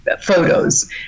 photos